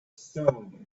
stone